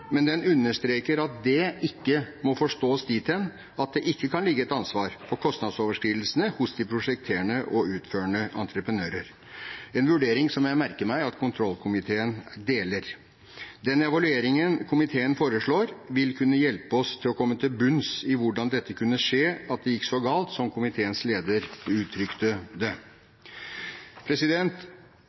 men den understreker at det ikke må forstås dit hen at det ikke kan ligge et ansvar for kostnadsoverskridelsene hos de prosjekterende og utførende entreprenører, en vurdering jeg merker meg at kontrollkomiteen deler. Den evalueringen komiteen foreslår, vil kunne hjelpe oss til å komme til bunns i hvordan dette kunne skje – at det gikk så galt, som komiteens leder uttrykte det.